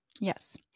Yes